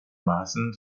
massen